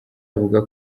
avuga